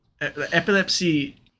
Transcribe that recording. Epilepsy